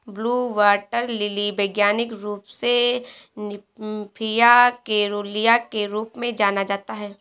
blue water lily वैज्ञानिक रूप से निम्फिया केरूलिया के रूप में जाना जाता है